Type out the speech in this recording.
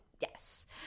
yes